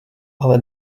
ale